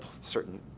certain